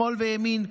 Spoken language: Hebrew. שמאל וימין,